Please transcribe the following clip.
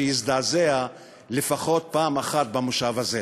שיזדעזע לפחות פעם במושב הזה.